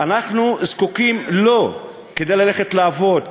אנחנו זקוקים לו כדי ללכת לעבוד,